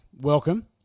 welcome